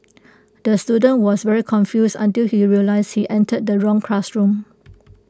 the student was very confused until he realised he entered the wrong classroom